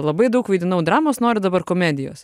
labai daug vaidinau dramos noriu dabar komedijos